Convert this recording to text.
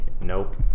Nope